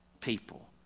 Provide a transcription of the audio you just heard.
people